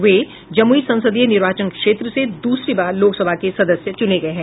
वे जमुई संसदीय निर्वाचन क्षेत्र से दूसरी बार लोकसभा के सदस्य चूने गये हैं